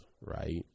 right